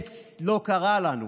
"נס לא קרה לנו,